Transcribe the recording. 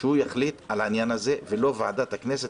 שהוא יחליט על העניין הזה ולא ועדת הכנסת,